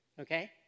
okay